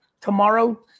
tomorrow